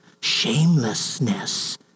shamelessness